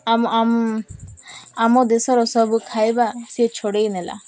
ଆମ ଆମ ଆମ ଦେଶର ସବୁ ଖାଇବା ସେ ଛଡ଼େଇ ନେଲା